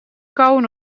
kauwen